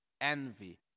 envy